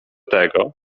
tego